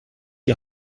die